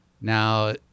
now –